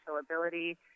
ability